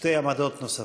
שתי עמדות נוספות.